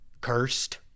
Cursed